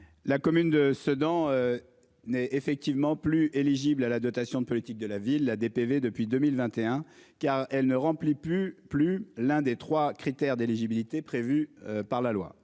La commune de Sedan. N'est effectivement plus éligibles à la dotation de politique de la ville, la DPV depuis 2021, a elle ne remplit plus plus l'un des 3 critères d'éligibilité prévu par la loi